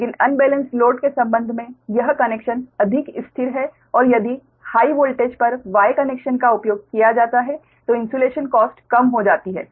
लेकिन unbalanced load के संबंध में यह कनेक्शन अधिक स्थिर है और यदि हाइ वोल्टेज पर Y कनेक्शन का उपयोग किया जाता है तो इन्सुलेशन कॉस्ट कम हो जाती है